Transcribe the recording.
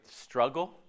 struggle